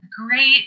great